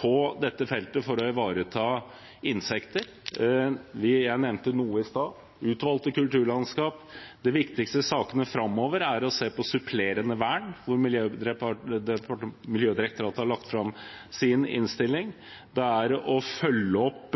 på dette feltet for å ivareta insekter. Jeg nevnte Utvalgte kulturlandskap i stad. De viktigste sakene framover er å se på supplerende vern hvor Miljødirektoratet har lagt fram sin innstilling, og å følge opp